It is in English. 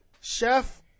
Chef